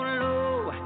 low